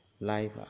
life